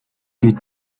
гээд